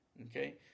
okay